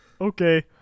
Okay